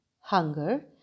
hunger